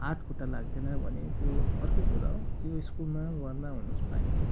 हातखुट्टा लाग्दैन भने त्यो अर्कै कुरा हो त्यो स्कुलमा भर्ना हुनु पाइन्छ